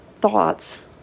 thoughts